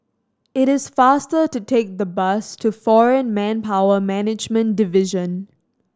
it is faster to take the bus to Foreign Manpower Management Division